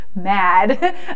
mad